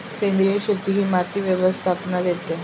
सेंद्रिय शेती ही माती व्यवस्थापनात येते